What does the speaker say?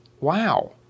wow